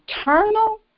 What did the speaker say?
eternal